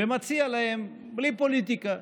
ומציע להן, בלי פוליטיקה,